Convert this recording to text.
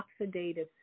Oxidative